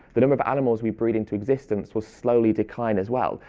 the number of animals we breed into existence will slowly decline as well,